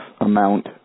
amount